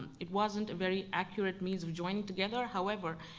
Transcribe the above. it wasn't a very accurate means of joining together, however,